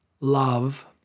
Love